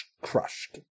crushed